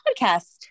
podcast